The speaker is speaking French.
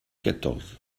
quatorze